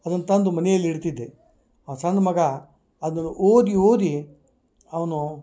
ಅದನ್ನ ತಂದು ಮನೆಯಲ್ಲಿ ಇಡ್ತಿದ್ದೆ ಆ ಸಣ್ಮಗ ಅದನ್ನ ಓದಿ ಓದಿ ಅವನು